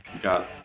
got